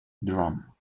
drum